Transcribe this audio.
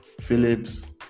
Phillips